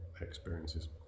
experiences